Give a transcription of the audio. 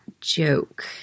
joke